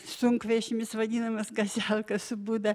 sunkvežimis vadinamas gazelka su būda